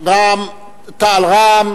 רע"ם-תע"ל,